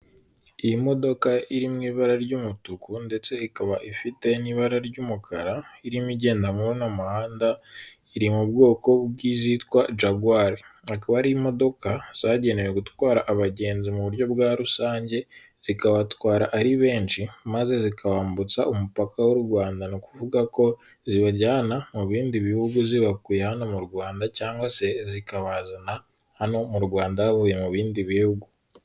Iyi modoka iri mu ibara ry'umutuku ndetse ikaba ifite n'ibara ry'umukara irimo igendawa n'umuhanda iri mu bwoko bw'izitwa Jagwari, ikaba imodoka zagenewe gutwara abagenzi mu buryo bwa rusange zikabatwara ari benshi maze zikambutsa umupaka w'u Rwanda, bivuga ko zibajyana mu bindi bihugu zibakuye hano mu Rwanda cyangwa se zikabazana hano mu Rwanda bavuye mu bindi bihugu.